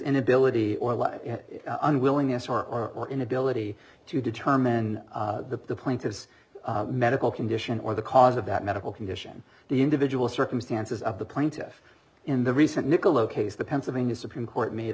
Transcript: inability or unwillingness or inability to determine the plaintiff's medical condition or the cause of that medical condition the individual circumstances of the plaintiff in the recent nicolo case the pennsylvania supreme court made